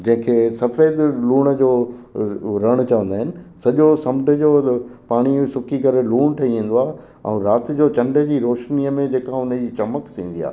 जंहिंखे सफेद लूण जो रण चवंदा आहिनि सॼो समुंड जो पाणी सुकी करे लूण ठई वेंदो आहे ऐं राति जो चंड जी रोशनीअ में जेका हुन जी चिमक थींदी आहे